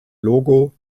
logo